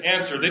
answer